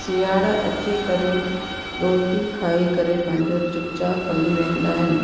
सियाड़ अची करे रोटी खाई करे पंहिंजो चुपचाप हली वेंदा आहिनि